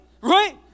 right